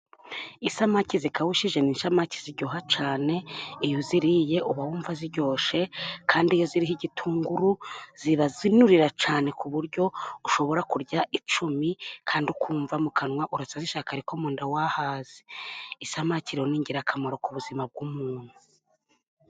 Isamake zikabushije ni isamake ziryoha cyane, iyo uziriye uba wumva ziryoshye kandi iyo ziriho igitunguru, ziba zinurira cyane ku buryo ushobora kurya icumi, kandi ukumva mu kanwa uracyazishaka ariko ko mu nda wahaze. Isamaki rero ni ingirakamaro ku buzima bw'umuntu.